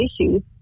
issues